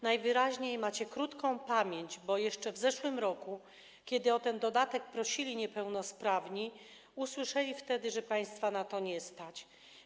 Najwyraźniej macie krótką pamięć, bo jeszcze w zeszłym roku, kiedy o ten dodatek prosili niepełnosprawni, usłyszeli, że państwa na to nie stać.